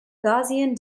gaussian